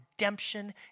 redemption